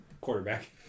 Quarterback